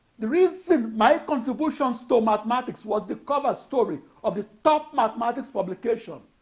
the reason my contributions to mathematics was the cover story of the top mathematics publication,